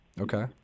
Okay